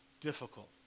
difficult